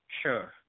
Sure